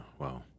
wow